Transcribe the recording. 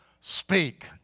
speak